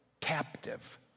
captive